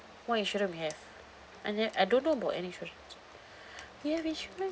what insurance we have I nev~ I don't know about any insurance we have insurance